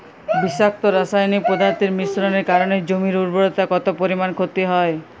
বিষাক্ত রাসায়নিক পদার্থের মিশ্রণের কারণে জমির উর্বরতা কত পরিমাণ ক্ষতি হয়?